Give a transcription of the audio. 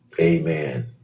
Amen